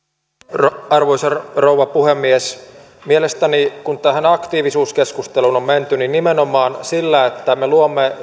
rouva arvoisa rouva puhemies kun tähän aktiivisuuskeskusteluun on menty niin mielestäni nimenomaan sillä että me luomme